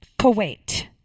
Kuwait